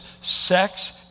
sex